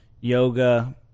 yoga